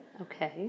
Okay